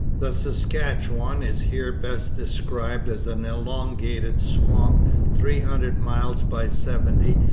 the saskatchewan is here best described as an elongated swamp three hundred miles by seventy,